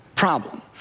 problem